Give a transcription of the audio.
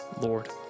Lord